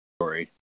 story